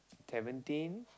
seventeen